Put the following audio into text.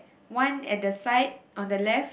one at the side on the left